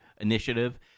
initiative